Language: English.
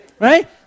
Right